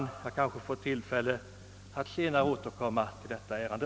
Jag får kanske tillfälle att återkomma senare i detta ärende.